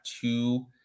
two